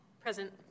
Present